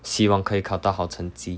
希望可以考到好成绩